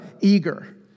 eager